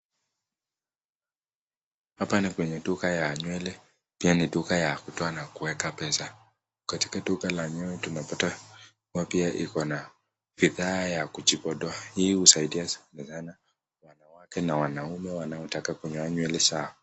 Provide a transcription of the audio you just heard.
Hapa ni kwenye duka ya nywele, pia ni duka ya kutoa na kuweka pesa. Katika duka la nywele tunapata pia iko na vifaa ya kujipodoa. Hii husaidia sana wanawake na wanaume wanaotaka kunywa nywele zao.